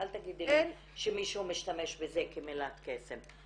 אל תגידי לי שמישהו משתמש בזה כמילת קסם.